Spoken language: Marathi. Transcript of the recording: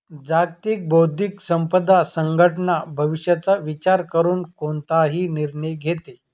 जागतिक बौद्धिक संपदा संघटना भविष्याचा विचार करून कोणताही निर्णय घेते